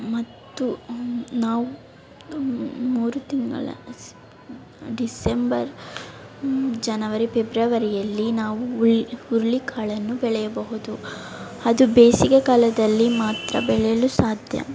ಮತ್ತು ನಾವು ಮೂರು ತಿಂಗಳ ಡಿಸೆಂಬರ್ ಜನವರಿ ಪೆಬ್ರವರಿಯಲ್ಲಿ ನಾವು ಹುಳ್ ಹುರ್ಳಿ ಕಾಳನ್ನು ಬೆಳೆಯಬಹುದು ಅದು ಬೇಸಿಗೆ ಕಾಲದಲ್ಲಿ ಮಾತ್ರ ಬೆಳೆಯಲು ಸಾಧ್ಯ